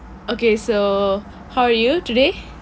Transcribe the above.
ok so how are you today